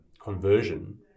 conversion